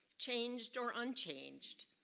changed or unchanged.